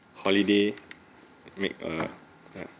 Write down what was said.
holiday make uh uh